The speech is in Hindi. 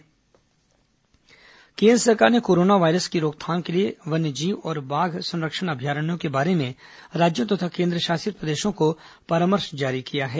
कोरोना वन्यजीव केंद्र सरकार ने कोरोना वायरस की रोकथाम के लिए वन्यजीव और बाघ संरक्षण अभयारण्यों के बारे में राज्यों तथा केंद्रशासित प्रदेशों को परामर्श जारी किया है